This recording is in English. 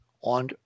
on